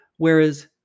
Whereas